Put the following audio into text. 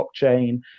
blockchain